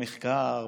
במחקר,